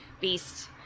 beast